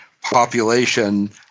population